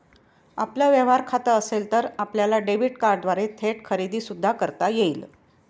आपलं व्यवहार खातं असेल तर आपल्याला डेबिट कार्डद्वारे थेट खरेदी सुद्धा करता येईल